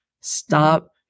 Stop